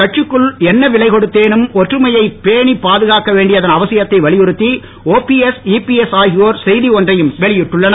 கட்சிக்குள் என்ன விலை கொடுத்தேனும் ஒற்றுமையை பேணிப் பாதுகாக்க வேண்டியதின் அவசியத்தை வலியுறுத்தி ஒபிஎஸ் ஈபிஎஸ் ஆகியோர் செய்தி ஒன்றையும் வெளியிட்டிருந்தனர்